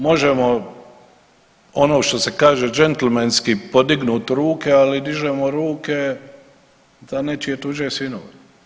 Možemo ono što se kaže džentlmenski, podignuti ruke, ali dižemo ruke za nečije tuđe sinove.